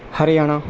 Haryana